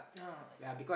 yeah